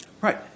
Right